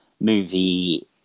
movie